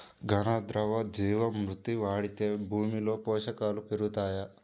ఘన, ద్రవ జీవా మృతి వాడితే భూమిలో పోషకాలు పెరుగుతాయా?